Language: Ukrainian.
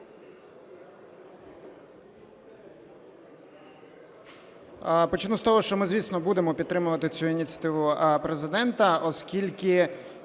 Почну з того, що ми, звісно, будемо підтримувати цю ініціативу Президента, оскільки